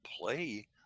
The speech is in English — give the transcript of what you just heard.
play